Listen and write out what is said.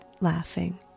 laughing